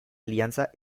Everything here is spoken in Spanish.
alianza